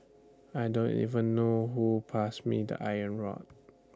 I don't even know who passed me the iron rod